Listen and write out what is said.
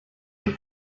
your